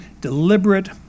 deliberate